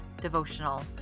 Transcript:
devotional